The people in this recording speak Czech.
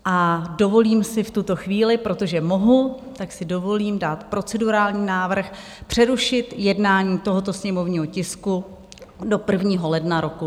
A dovolím si v tuto chvíli, protože mohu, tak si dovolím dát procedurální návrh přerušit jednání tohoto sněmovního tisku do 1. ledna roku 2024.